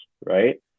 right